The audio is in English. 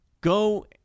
go